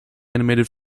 animated